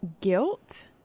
guilt